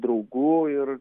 draugų ir